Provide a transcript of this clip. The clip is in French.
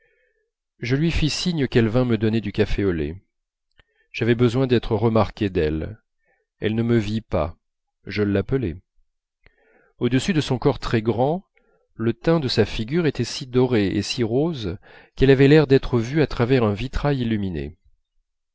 je lui fis signe qu'elle vînt me donner du café au lait j'avais besoin d'être remarqué d'elle elle ne me vit pas je l'appelai au-dessus de son corps très grand le teint de sa figure était si doré et si rose qu'elle avait l'air d'être vue à travers un vitrail illuminé